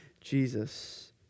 Jesus